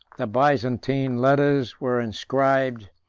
the byzantine letters were inscribed,